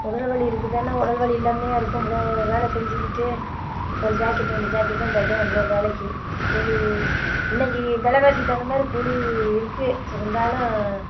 உடல் வலி இருக்குது தானே உடல் வலி இல்லாமயா இருக்கும் இவ்வளோ வேலை செஞ்சுக்கிட்டு ஒரு ஜாக்கெட்டு ரெண்டு ஜாக்கெட்டு தான் தைக்கிறோம் இவ்வளோ வேலைக்கு கூலி இன்னைக்கு வெலைவாசிக்கு தகுந்த மாதிரி கூலி இருக்குது இருந்தாலும்